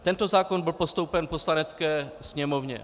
Tento zákon byl postoupen Poslanecké sněmovně.